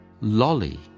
lolly